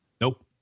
Nope